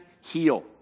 heal